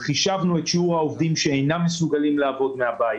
חישבנו את שיעור העובדים שאינם מסוגלים לעבוד מן הבית